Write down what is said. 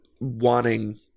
wanting